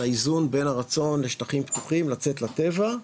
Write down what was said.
על האיזון בין הרצון לשטחים פתוחים לצאת לטבע,